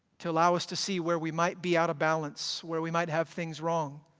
to allow us to see where we might be out of balance, where we might have things wrong,